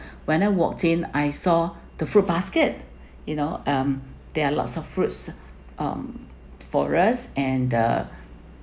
when I walked in I saw the fruit basket you know um there are lots of fruits um for us and the